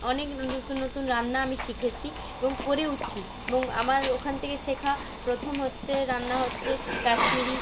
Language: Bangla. অনেক নতুন নতুন রান্না আমি শিখেছি এবং করেওছি এবং আমার ওখান থেকে শেখা প্রথম হচ্ছে রান্না হচ্ছে কাশ্মীরি